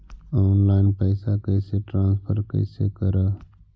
Online पैसा कैसे transfer कैसे कर?